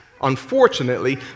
unfortunately